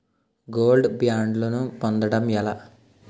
Gold బ్యాండ్లను పొందటం ఎలా?